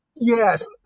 Yes